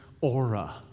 aura